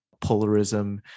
polarism